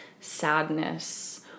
sadness